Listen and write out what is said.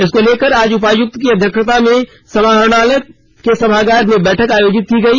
इसको लेकर आज उपायुक्त की अध्यक्षता में समाहरणालय के सभागार में बैठक आयोजित की गई